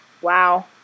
Wow